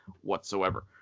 whatsoever